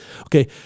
Okay